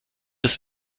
des